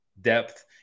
depth